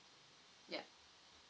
ya